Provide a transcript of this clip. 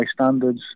standards